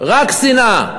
רק שנאה.